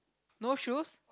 no shoes